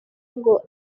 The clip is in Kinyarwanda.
ngo